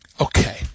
Okay